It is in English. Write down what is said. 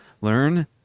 learn